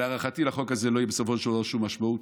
שלהערכתי לחוק הזה בסופו של דבר לא תהיה שום משמעות,